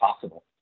possible